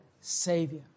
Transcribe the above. Savior